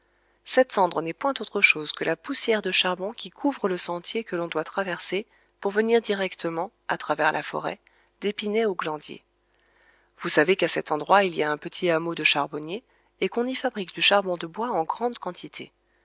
cette cendre n'est point autre chose que la poussière de charbon qui couvre le sentier que l'on doit traverser pour venir directement à travers la forêt d'épinay au glandier vous savez qu'à cet endroit il y a un petit hameau de charbonniers et qu'on y fabrique du charbon de bois en grande quantité